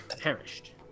perished